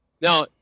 now